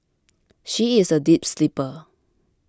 she is a deep sleeper